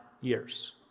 years